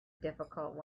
difficult